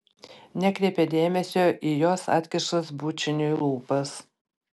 nekreipia dėmesio į jos atkištas bučiniui lūpas